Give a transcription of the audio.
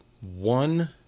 one